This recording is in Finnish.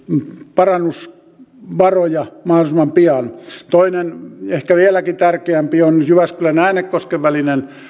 parannusvaroja mahdollisimman pian toinen ehkä vieläkin tärkeämpi on jyväskylän ja äänekosken välinen